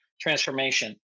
transformation